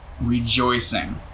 rejoicing